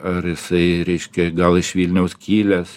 ar jisai reiškia gal iš vilniaus skylės